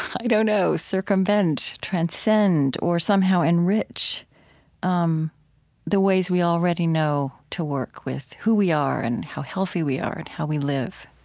i don't know, circumvent, transcend, or somehow enrich um the ways we already know to work with, who we are and how healthy we are and how we live?